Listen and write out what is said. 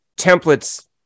templates